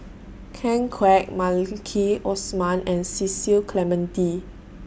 Ken Kwek Maliki Osman and Cecil Clementi